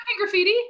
Graffiti